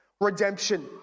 redemption